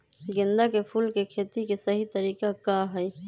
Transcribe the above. गेंदा के फूल के खेती के सही तरीका का हाई?